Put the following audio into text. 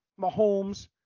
Mahomes